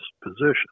position